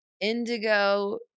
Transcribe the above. indigo